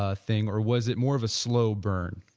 ah thing or was it more of a slow burn?